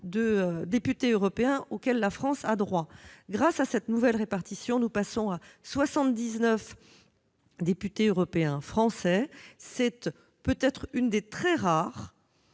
de députés européens auquel la France a droit. Grâce à cette nouvelle répartition, nous passons à soixante-dix-neuf députés européens français. C'est peut-être l'une des très rares